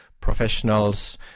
professionals